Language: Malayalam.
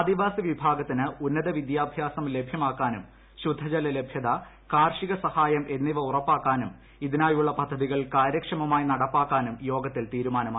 ആദിവാസി വിഭാഗത്തിന് ഉന്നതവിദ്യാഭ്യാസം ലഭ്യമാക്കാനും ശുദ്ധജല ലഭ്യത കാർഷിക സഹായം എന്നിവ ഉറപ്പാക്കാനും ഇതിനായുള്ള പദ്ധതികൾ കാര്യക്ഷമമായി നടപ്പാക്കാനും യോഗത്തിൽ തീരുമാനമായി